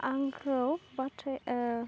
आंखौ बाथ्रा